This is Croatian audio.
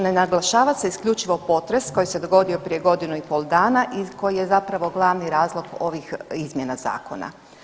Ne naglašava se isključivo potres koji se dogodio prije godinu i pol dana i koji je zapravo glavni razlog ovih izmjena zakona.